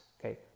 okay